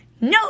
No